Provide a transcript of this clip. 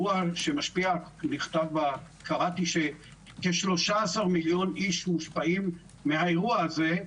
קראתי ש-13,000,000 מושפעים מהאירוע הזה,